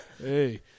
Hey